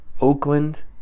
oakland